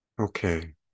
Okay